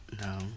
No